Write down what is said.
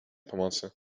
pomocy